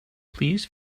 please